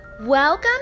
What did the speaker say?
Welcome